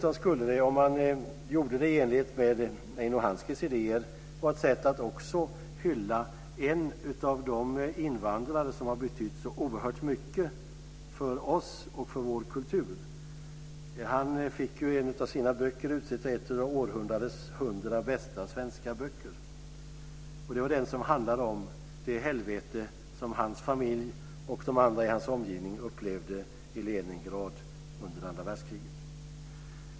Om detta gjordes i enlighet med Eino Hanskis idéer skulle det vara ett sätt att hylla en av de invandrare som har betytt så oerhört mycket för oss och vår kultur. Han fick en av sina böcker utsedd till en av århundradets hundra bästa svenska böcker. Det var den som handlade om det helvete som hans familj och de andra i hans omgivning upplevde i Leningrad under andra världskriget.